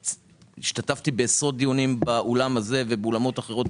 השתתפתי בעשרות דיונים באולם הזה ובאולמות אחרים